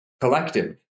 collective